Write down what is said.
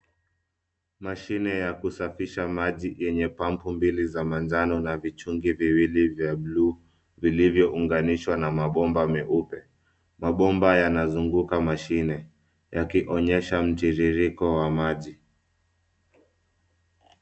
Mashine ya kusafisha maji yenye pampu mbili za manjano na vichungi viwili vya bluu vilivyounganishwa na mabomba meupe. Mabomba yanazunguka mashine yakionyesha mtirirko wa maji.